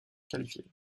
qualifiée